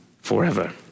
forever